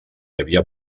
havia